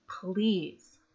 please